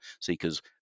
seekers